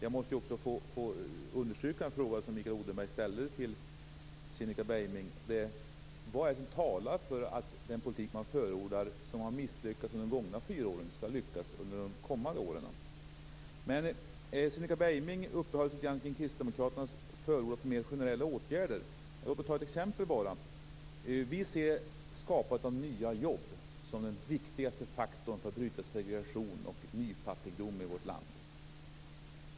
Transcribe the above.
Jag måste få understryka en fråga som Mikael Odenberg ställde till Cinnika Beiming: Vad är det som talar för att den politik som man förordar och som har misslyckats under de gångna fyra åren skall lyckas under de kommande åren? Cinnika Beiming uppehöll sig lite grann kring kristdemokraternas förordande av mer generella åtgärder. Låt mig ta ett exempel. Vi ser skapandet av nya jobb som den viktigaste faktorn för att bryta segregationen och nyfattigdomen i vårt land.